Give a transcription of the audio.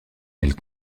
elle